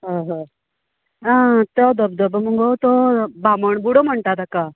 हय हय आं तो धबधबो मगो तो बामणबुडो म्हणटा ताका